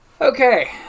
Okay